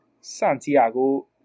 Santiago